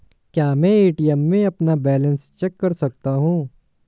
क्या मैं ए.टी.एम में अपना बैलेंस चेक कर सकता हूँ?